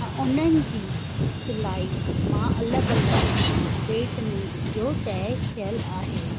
ऐं उन्हनि जी सिलाई मां अलॻि अलॻि रेट में मुंहिंजो तइ थियलु आहे